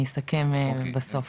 אני אסכם בסוף.